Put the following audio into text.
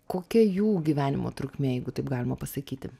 kokia jų gyvenimo trukmė jeigu taip galima pasakyti